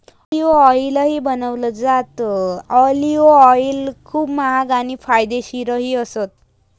olive ऑईलही बनवलं जातं, ऑलिव्ह ऑईल खूप महाग आणि फायदेशीरही असतं